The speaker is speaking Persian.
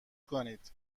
کنید